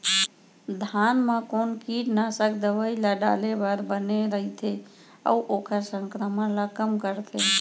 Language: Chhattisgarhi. धान म कोन कीटनाशक दवई ल डाले बर बने रइथे, अऊ ओखर संक्रमण ल कम करथें?